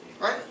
right